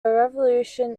revolution